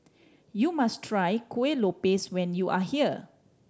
you must try Kuih Lopes when you are here